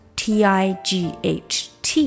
tight